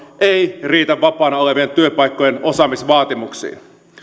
ei riitä vapaana olevien työpaikkojen osaamisvaatimuksiin